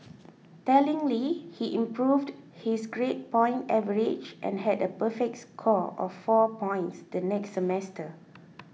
tellingly he improved his grade point average and had a perfect score of four points the next semester